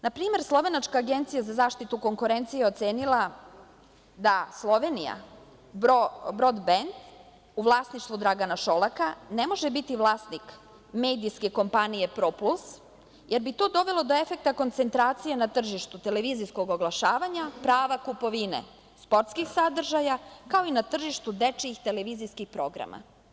Na primer, slovenačka Agencija za zaštitu konkurencije ocenila je da Slovenija „Broadbend“, u vlasništvu Dragana Šolaka, ne može biti vlasnik medijske kompanije „Propuls“, jer bi to dovelo do efekta koncentracije na tržištu televizijskog oglašavanja, prava kupovine sportskih sadržaja, kao i na tržištu dečiji televizijskih programa.